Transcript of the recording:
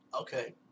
Okay